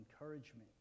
encouragement